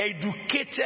educated